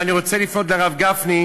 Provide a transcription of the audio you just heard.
ואני רוצה לפנות לרב גפני,